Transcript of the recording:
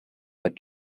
but